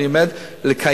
אני עומד לקיים,